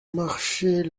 marcher